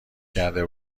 کرده